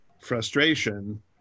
frustration